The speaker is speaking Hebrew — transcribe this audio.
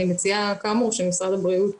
אני מציעה שמשרד הבריאות